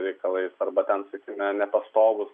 reikalais arba ten sakykime nepastovūs